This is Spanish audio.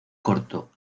corto